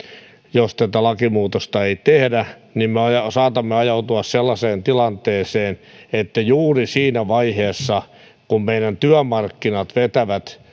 jos tätä lakimuutosta ei tehdä niin me saatamme ajautua sellaiseen tilanteeseen että juuri siinä vaiheessa kun meidän työmarkkinat vetävät